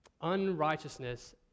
unrighteousness